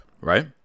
right